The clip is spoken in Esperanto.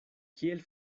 kiel